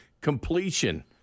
completion